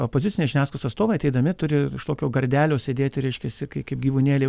opozicinės žiniasklaidos atstovai ateidami turi virš tokio gardelio sėdėti reiškiasi kai kaip gyvūnėliai